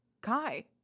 Kai